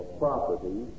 property